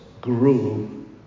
grew